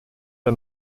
der